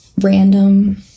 random